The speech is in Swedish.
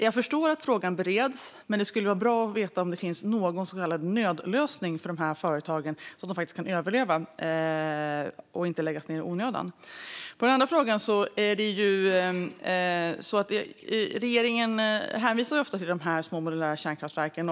Jag förstår att frågan bereds, men det skulle vara bra att få veta om det finns någon så kallad nödlösning för dessa företag så att de kan överleva och inte behöver läggas ned i onödan. När det gäller den andra frågan hänvisar regeringen ofta till de små, modulära kärnkraftverken.